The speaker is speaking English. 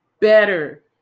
better